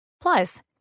Plus